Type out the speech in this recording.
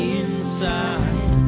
inside